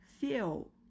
feel